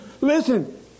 Listen